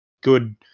good